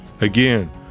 Again